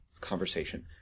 conversation